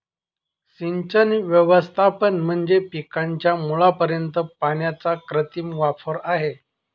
सिंचन व्यवस्थापन म्हणजे पिकाच्या मुळापर्यंत पाण्याचा कृत्रिम वापर आहे